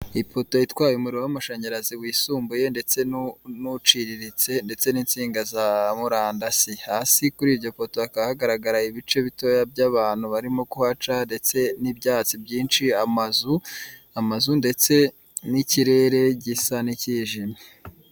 Ipoto itwaye umuriro w'amashanyarazi wisumbuye ndetse n'uciriritse, ndetse n'insinga za murandasi. Hasi kuri iryo poto hakaba hagaragara ibice bitoya by'abantu barimo kuhaca, ndetse n'ibyatsi byinshi, amazu, amazu ndetse n'ikirere gisa n'ikijimye.